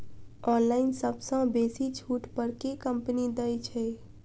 Online सबसँ बेसी छुट पर केँ कंपनी दइ छै?